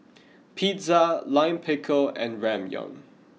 Pizza Lime Pickle and Ramyeon